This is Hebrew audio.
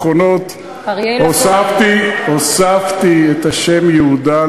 ורק בשנתיים האחרונות הוספתי את השם "יהודה",